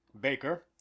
Baker